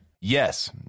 Yes